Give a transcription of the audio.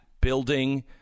building